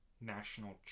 National